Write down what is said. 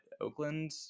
Oakland